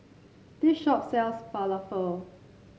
this shop sells Falafel